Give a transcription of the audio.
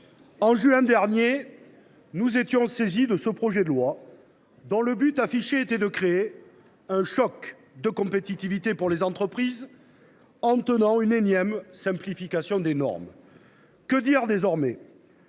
de juin dernier, nous avons été saisis de ce projet de loi, dont le but affiché était de créer un « choc de compétitivité » pour les entreprises, en tentant de réaliser une énième simplification des normes. Que dire désormais ?